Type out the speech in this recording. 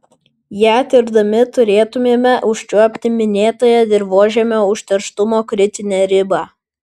ją tirdami turėtumėme užčiuopti minėtąją dirvožemio užterštumo kritinę ribą